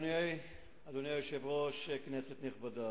אדוני היושב-ראש, כנסת נכבדה,